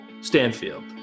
Stanfield